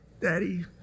Daddy